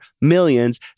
millions